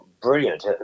brilliant